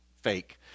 fake